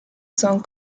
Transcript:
song